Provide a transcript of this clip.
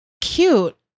cute